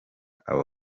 abo